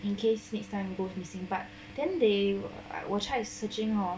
in case next time both using but then they 我 try searching hor